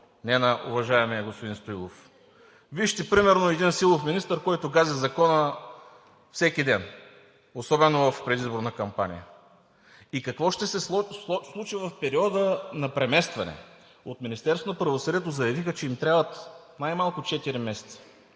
не на уважаемия господин Стоилов?! Вижте, например един силов министър, който гази Закона всеки ден, особено в предизборна кампания. Какво ще се случи в периода на преместване? От Министерството на правосъдието заявиха, че им трябват най-малко четири месеца.